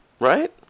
Right